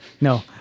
no